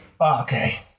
okay